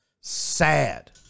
sad